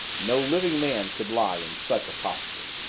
no living man could lie in such a posture.